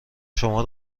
شما